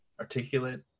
articulate